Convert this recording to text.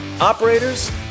operators